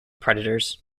predators